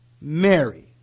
Mary